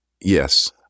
Yes